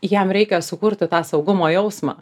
jam reikia sukurti tą saugumo jausmą